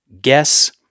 guess